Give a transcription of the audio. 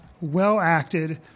well-acted